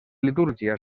litúrgia